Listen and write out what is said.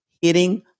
hitting